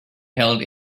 held